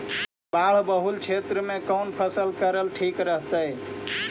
बाढ़ बहुल क्षेत्र में कौन फसल करल ठीक रहतइ?